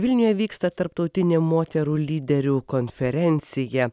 vilniuje vyksta tarptautinė moterų lyderių konferencija